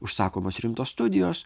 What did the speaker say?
užsakomos rimtos studijos